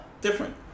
different